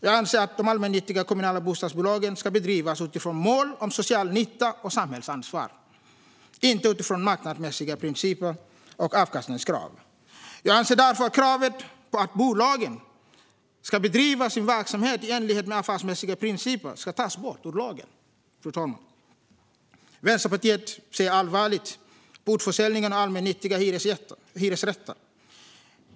Jag anser att de allmännyttiga kommunala bostadsbolagen ska bedrivas utifrån mål om social nytta och samhällsansvar, inte utifrån marknadsmässiga principer och avkastningskrav. Jag anser därför att kravet på att bolagen ska bedriva sin verksamhet i enlighet med affärsmässiga principer ska tas bort ur lagen. Fru talman! Vänsterpartiet ser allvarligt på utförsäljningen av allmännyttiga hyresrätter.